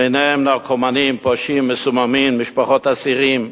ביניהם נרקומנים, פושעים, מסוממים, משפחות אסירים.